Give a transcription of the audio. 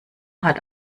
hat